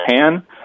pan